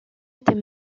était